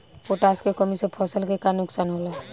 Potash के कमी से फसल के का नुकसान होला?